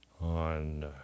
on